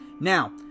Now